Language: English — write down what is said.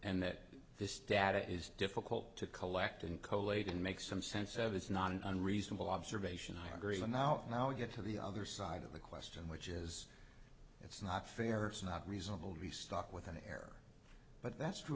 and that this data is difficult to collect and colet didn't make some sense of it's not an unreasonable observation i agree now now we get to the other side of the question which is it's not fair it's not reasonable to be stuck with an heir but that's true